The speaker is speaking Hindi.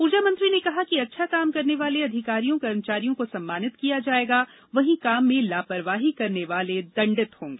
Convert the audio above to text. ऊर्जा मंत्री ने कहा कि अच्छा काम करने वाले अधिकारियों कर्मचारियों को सम्मानित किया जायेगा वहीं काम में लापरवाही करने वाले दंडित होंगे